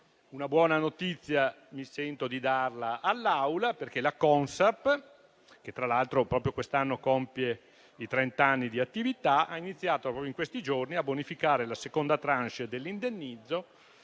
Una buona notizia, che mi sento di dare all'Aula, è che la Consap, che tra l'altro proprio quest'anno compie trent'anni di attività, ha iniziato proprio negli ultimi giorni a bonificare la seconda *tranche* dell'indennizzo,